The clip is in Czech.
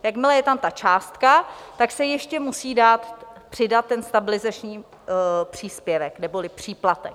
Jakmile je tam ta částka, tak se ještě musí přidat ten stabilizační příspěvek neboli příplatek.